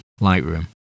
Lightroom